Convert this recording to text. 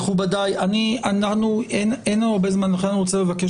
מכובדיי, אני רוצה לבקש